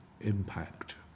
impact